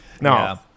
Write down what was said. No